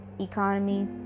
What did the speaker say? economy